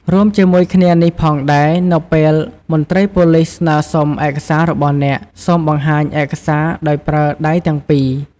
រួមជាមួយគ្នានេះផងដែរ នៅពេលមន្ត្រីប៉ូលិសស្នើសុំឯកសាររបស់អ្នក សូម បង្ហាញឯកសារដោយប្រើដៃទាំងពីរ។